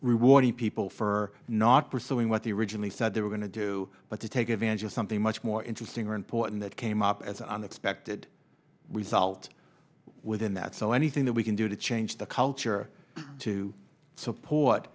rewarding people for not pursuing what they originally said they were going to do but to take advantage of something much more interesting or important that came up as an unexpected result within that so anything that we can do to change the culture to support